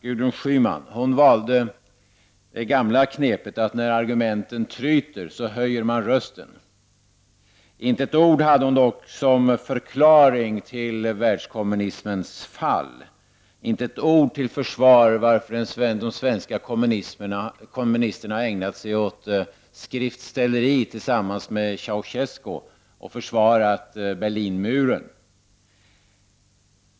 Gudrun Schyman valde det gamla knepet att höja rösten när argumenten tryter. Inte ett ord hade hon dock som förklaring till världskommunismens fall och inte ett ord till försvar för varför de svenska kommunisterna ägnade sig åt skriftställeri tillsammans med Ceausescu och försvarade Berlinmuren.